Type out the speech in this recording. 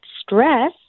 Stress